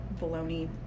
baloney